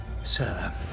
Sir